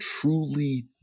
truly